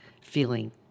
feeling